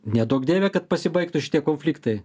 neduok dieve kad pasibaigtų šitie konfliktai